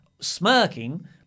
smirking